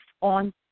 on